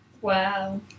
Wow